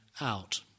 out